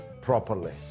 properly